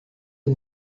que